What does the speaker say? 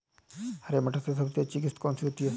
हरे मटर में सबसे अच्छी किश्त कौन सी होती है?